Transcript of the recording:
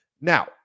Now